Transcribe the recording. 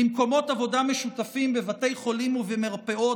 למקומות עבודה משותפים בבתי חולים ובמרפאות,